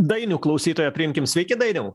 dainių klausytoją priimkim sveiki dainiau